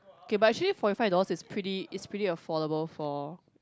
okay but actually forty five dollars is pretty is pretty affordable for